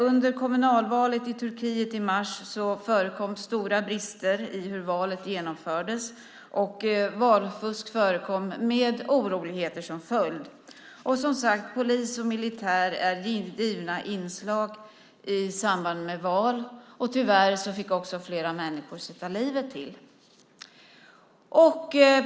Under kommunalvalet i Turkiet i mars förekom stora brister i hur valet genomfördes. Valfusk förekom med oroligheter som följd. Polis och militär är som sagt givna inslag i samband med val. Tyvärr fick också flera människor sätta livet till.